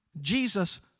Jesus